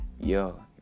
Yo